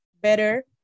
better